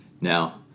Now